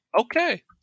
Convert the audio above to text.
Okay